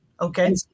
Okay